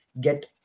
get